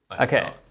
okay